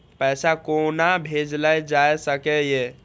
पैसा कोना भैजल जाय सके ये